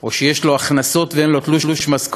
או שיש לו הכנסות ואין לו תלוש משכורת,